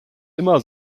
immer